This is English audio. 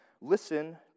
Listen